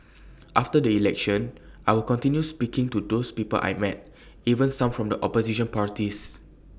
after the election I will continue speaking to these people I met even some in the opposition parties